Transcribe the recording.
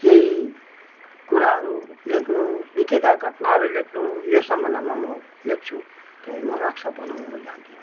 केही कुराहरू लेख्नु बितेका घटनाहरू लेख्नु यो सम्बन्धमा म लेख्छु तर म नक्सा बनाउन म जान्दिनँ